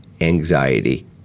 anxiety